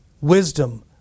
wisdom